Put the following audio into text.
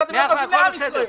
שאתם לא דואגים לעם ישראל,